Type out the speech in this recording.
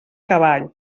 cavall